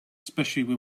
especially